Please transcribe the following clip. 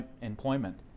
employment